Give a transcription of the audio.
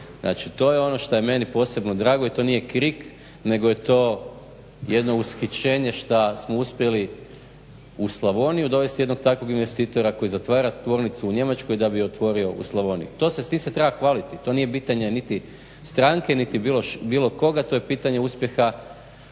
Znači to je ono šta je meni posebno drago i to nije krik, nego je to jedno ushićenje šta smo uspjeli u Slavoniju uspjeli dovesti jednog takvog investitora koji zatvara tvornicu u Njemačkoj, da bi je otvorio u Slavoniji. To se, s tim se treba hvaliti, to nije pitanje niti stanke, niti bilo koga, to je pitanje uspjeha